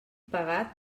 pagat